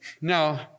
Now